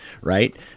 right